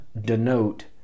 denote